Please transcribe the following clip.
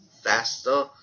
faster